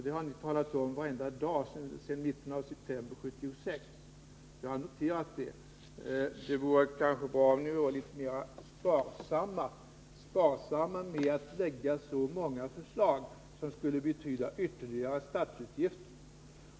Det har ni talat om varenda dag sedan mitten av september 1976, så det har jag som sagt noterat. Det skulle kanske vara bra om ni vore litet mer sparsamma med att lägga fram förslag som, om de bifölls, skulle betyda ytterligare statsutgifter.